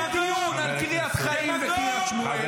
אין דיון על קריית חיים וקריית שמואל.